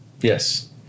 Yes